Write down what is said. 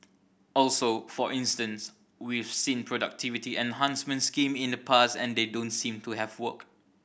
also for instance we've seen productivity enhancement scheme in the past and they don't seem to have worked